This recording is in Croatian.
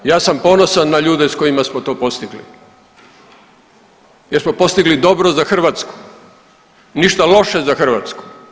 Ja sam ponosan na ljude s kojima smo to postigli jer smo postigli dobro za Hrvatsku, ništa loše za Hrvatsku.